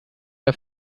der